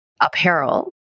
apparel